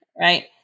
right